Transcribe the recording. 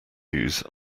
use